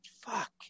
fuck